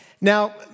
Now